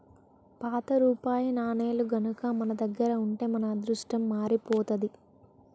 పాత రూపాయి నాణేలు గనక మన దగ్గర ఉంటే మన అదృష్టం మారిపోతాది